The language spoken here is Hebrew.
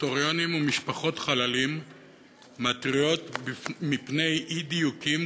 היסטוריונים ומשפחות חללים מתריעות מפני אי-דיוקים,